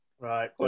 Right